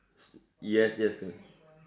yes yes